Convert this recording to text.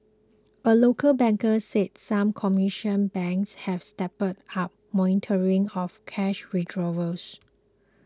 a local banker said some commercial banks have stepped up monitoring of cash withdrawals